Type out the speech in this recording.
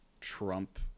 Trump